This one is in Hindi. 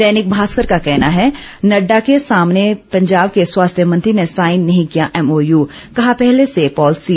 दैनिक भास्कर का कहना है नड्डा के सामने पंजाब के स्वास्थ्य मंत्री ने साईन नहीं किया एमओयू कहा पहले से पॉलिसी